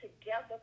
together